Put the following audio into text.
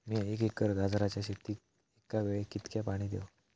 मीया एक एकर गाजराच्या शेतीक एका वेळेक कितक्या पाणी देव?